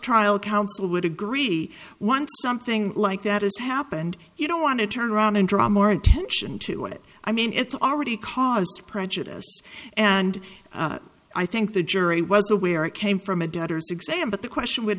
trial counsel would agree once something like that has happened you don't want to turn around and draw more attention to it i mean it's already caused prejudice and i think the jury was aware it came from a doctor's exam but the question would